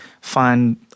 find